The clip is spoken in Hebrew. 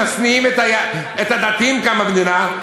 שמשניאים את הדתיים כאן במדינה,